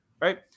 Right